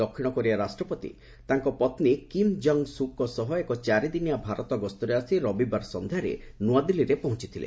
ଦକ୍ଷିଣ କୋରିଆ ରାଷ୍ଟ୍ରପତି ତାଙ୍କ ପତ୍ନୀ କିମ୍ ଜଙ୍ଗ୍ ସୁକ୍ଙ୍କ ସହ ଏକ ଚାରିଦିନିଆ ଭାରତ ଗସ୍ତରେ ଆସି ରବିବାର ସନ୍ଧ୍ୟାରେ ନୂଆଦିଲ୍ଲୀରେ ପହଞ୍ଚଥିଲେ